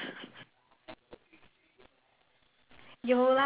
how do you celebrate the victories in your life this one I know